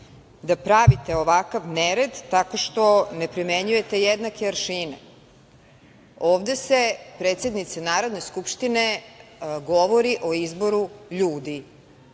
da pravite ovakav nered, tako što ne primenjujete jednake aršine. Ovde se, predsednice Narodne skupštine, govori o izboru ljudi,